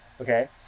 Okay